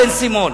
בן-סימון.